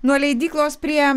nuo leidyklos prie